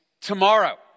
tomorrow